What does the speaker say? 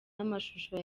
n’amashusho